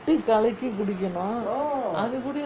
கொட்டி கலக்கி குடிக்கணும் அது கூடயும்:kotti kalakki kudikanum athu kudayum